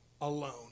alone